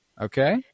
Okay